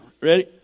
Ready